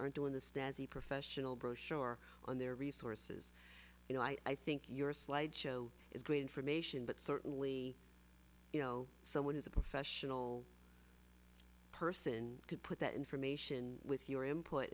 are doing this desi professional brochure on their resources you know i think your slideshow is great information but certainly you know someone who's a professional person could put that information with your input